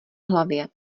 hlavě